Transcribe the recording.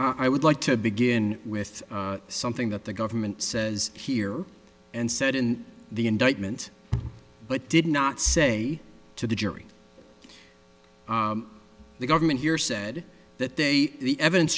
you i would like to begin with something that the government says here and said in the indictment but did not say to the jury the government here said that they the evidence